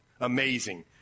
Amazing